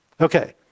Okay